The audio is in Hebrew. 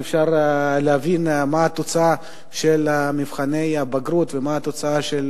אפשר להבין מה התוצאה של מבחני הבגרות ומה התוצאה של